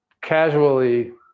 casually